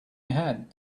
had